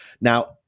Now